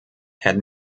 had